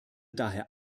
daher